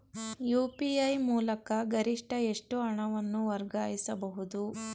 UPI ಮೂಲಕ ಗರಿಷ್ಠ ಎಷ್ಟು ಹಣವನ್ನು ವರ್ಗಾಯಿಸಬಹುದು?